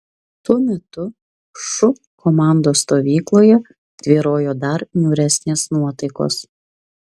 tuo metu šu komandos stovykloje tvyrojo dar niūresnės nuotaikos